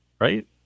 right